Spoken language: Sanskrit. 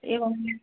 एवं